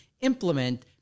implement